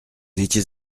étiez